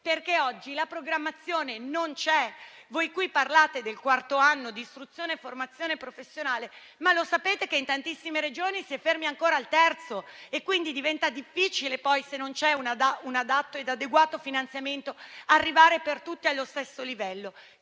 creare quella programmazione che oggi non c'è. Voi qui parlate del quarto anno di istruzione e formazione professionale, ma sapete che, in tantissime Regioni, si è fermi ancora al terzo? E diventa difficile, poi, se non c'è un adatto ed adeguato finanziamento, arrivare tutti allo stesso livello.